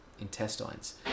intestines